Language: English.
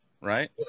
right